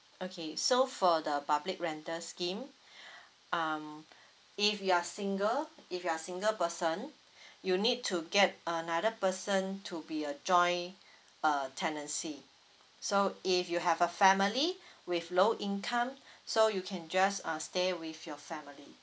okay so for the public rental scheme um if you are single if you are single person you need to get another person to be a join uh tenancy so if you have a family with low income so you can just uh stay with your family